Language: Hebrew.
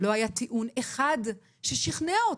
לא היה טיעון אחד ששכנע אותי,